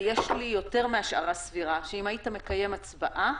ויש לי יותר מהשערה סבירה, שאם היית מקיים הצבעה,